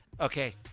Okay